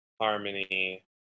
harmony